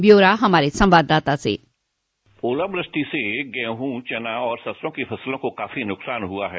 ब्यौरा हमारे संवाददता से डिस्पैच ओलावष्टि से गेहूं चना और सरसों की फसलों को काफी नुकसान हुआ है